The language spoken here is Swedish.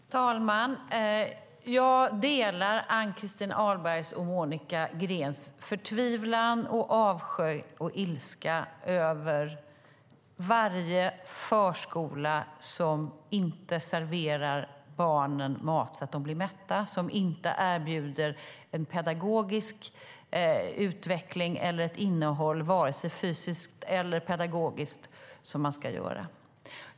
Herr talman! Jag delar Ann-Christin Ahlbergs och Monica Greens förtvivlan, avsky och ilska över varje förskola som inte serverar barnen mat så att de blir mätta och som inte erbjuder den utveckling och det innehåll fysiskt och pedagogiskt som de ska göra.